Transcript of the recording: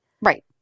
Right